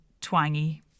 twangy